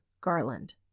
garland